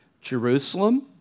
Jerusalem